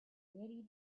very